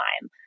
time